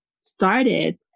started